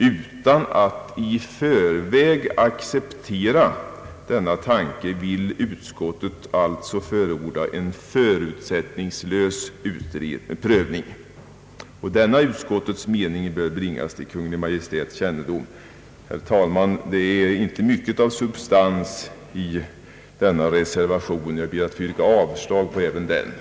Utan att i förväg acceptera denna tanke vill utskottet alltså förorda en förutsättningslös prövning. Denna utskottets mening bör bringas till Kungl. Maj:ts kännedom». Herr talman! Det finns inte mycket av substans i denna reservation. Jag ber att få yrka avslag även på den.